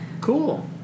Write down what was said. Cool